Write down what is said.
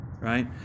right